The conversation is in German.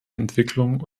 entwicklung